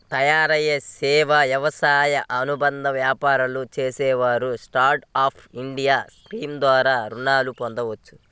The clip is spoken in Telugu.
తయారీ, సేవా, వ్యవసాయ అనుబంధ వ్యాపారాలు చేసేవారు స్టాండ్ అప్ ఇండియా స్కీమ్ ద్వారా రుణాలను పొందవచ్చు